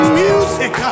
music